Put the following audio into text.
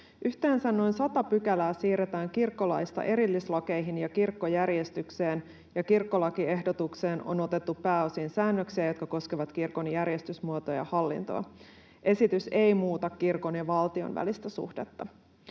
Yhteensä noin sata pykälää siirretään kirkkolaista erillislakeihin ja kirkkojärjestykseen, ja kirkkolakiehdotukseen on otettu pääosin säännöksiä, jotka koskevat kirkon järjestysmuotoa ja hallintoa. Esitys ei muuta kirkon ja valtion välistä suhdetta.